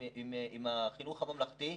החינוך הממלכתי.